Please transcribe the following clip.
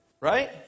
right